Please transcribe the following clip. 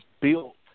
built